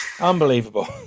Unbelievable